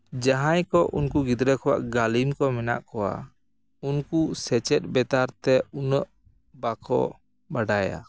ᱡᱟᱦᱟᱸᱭ ᱠᱚ ᱩᱱᱠᱩ ᱜᱤᱫᱽᱨᱟᱹ ᱠᱚᱣᱟᱜ ᱜᱟᱹᱞᱤᱢ ᱠᱚ ᱢᱮᱱᱟᱜ ᱠᱚᱣᱟ ᱩᱱᱠᱩ ᱥᱮᱪᱮᱫ ᱵᱮᱯᱟᱨ ᱛᱮ ᱩᱱᱟᱹᱜ ᱵᱟᱠᱚ ᱵᱟᱰᱟᱭᱟ